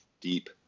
deep